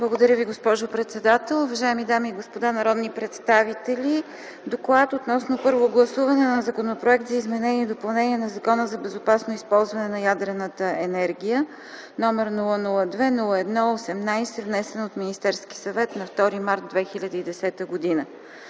Благодаря Ви, госпожо председател. Уважаеми дами и господа народни представители! „ДОКЛАД относно първо гласуване на Законопроект за изменение и допълнение на Закона за безопасно използване на ядрената енергия № 002-01-18, внесен от Министерския съвет на 2 март 2010 г.